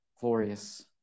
glorious